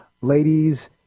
ladies